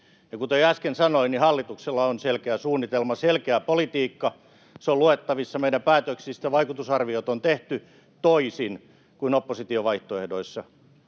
Kuten jo äsken sanoin, hallituksella on selkeä suunnitelma ja selkeä politiikka. Se on luettavissa meidän päätöksistä, joiden vaikutusarviot on tehty, toisin kuin opposition vaihtoehdoissa,